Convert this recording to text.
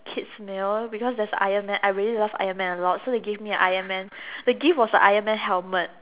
kids meal because there's Iron Man I really love Iron Man a lot so they give me a Iron Man the gift was a Iron Man helmet